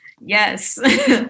yes